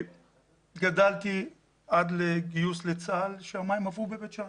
גדלתי עד לגיוס לצה"ל כשהמים עברו בבית שאן.